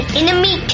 enemy